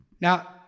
Now